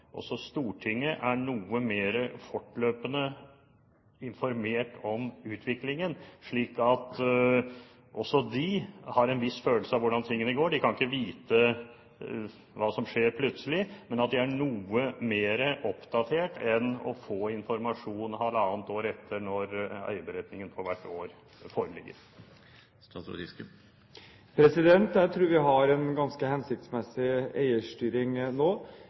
også Stortinget er noe mer fortløpende informert om utviklingen, slik at også vi har en viss følelse av hvordan tingene går? Vi kan ikke vite hva som skjer plutselig, men bør kunne være noe mer oppdatert enn å få informasjon halvannet år etter, når eierberetningen for hvert år foreligger. Jeg tror vi har en ganske hensiktsmessig eierstyring nå.